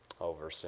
over